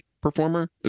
performer